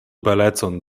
belecon